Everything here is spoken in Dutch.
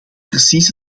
precies